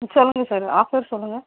சொல்லுங்கள் sir offer சொல்லுங்கள்